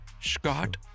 Scott